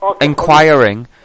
inquiring